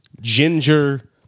ginger